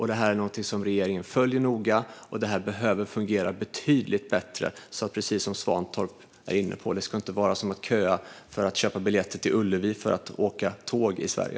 Regeringen följer detta noga, och det behöver fungera betydligt bättre. Som Svantorp är inne på ska man inte behöva köa som för att köpa biljetter till Ullevi för att åka tåg i Sverige.